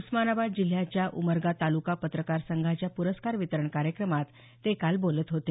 उस्मानाबाद जिल्ह्याच्या उमरगा तालुका पत्रकार संघाच्या पुरस्कार वितरण कार्यक्रमात ते काल बोलत होते